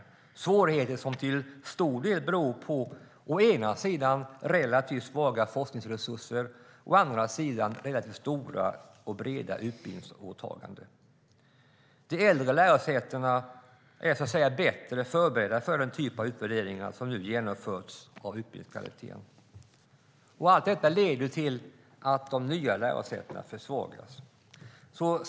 Det är svårigheter som till stor del beror på å ena sidan relativt svaga forskningsresurser, å andra sidan relativt stora och breda utbildningsåtaganden. De äldre lärosätena är bättre förberedda för den typ av utvärderingar av utbildningskvaliteten som nu genomförs. Allt detta leder till att de nya lärosätena försvagas.